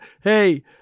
hey